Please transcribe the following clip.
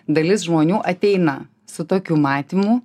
dalis žmonių ateina su tokiu matymu